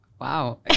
Wow